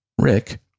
Rick